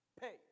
pay